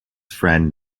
friend